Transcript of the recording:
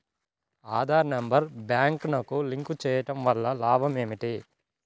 Aadhaar number బ్యాంక్నకు link చేయుటవల్ల లాభం ఏమిటి?